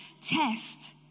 test